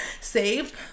saved